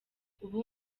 ubu